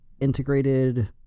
integrated